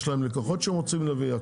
יש להן לקוחות שהן רוצות להביא.